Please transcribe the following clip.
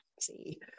see